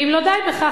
ואם לא די בכך,